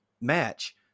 match